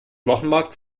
wochenmarkt